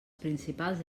principals